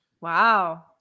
Wow